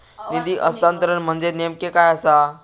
निधी हस्तांतरण म्हणजे नेमक्या काय आसा?